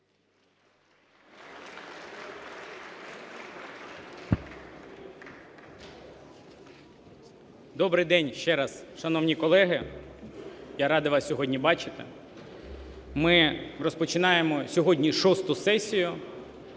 Добрий день ще раз, шановні колеги! Я радий вас сьогодні бачити. Ми розпочинаємо сьогодні шосту сесію